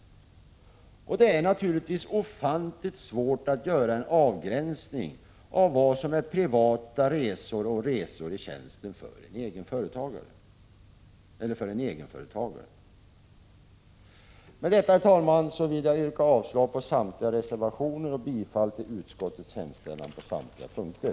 Det är naturligtvis ofantligt svårt att göra en avgränsning mellan vad som är privatresor och vad som är resor i tjänsten för en egenföretagare. Med detta, herr talman, vill jag yrka avslag på samtliga reservationer och bifall till utskottets hemställan på alla punkter.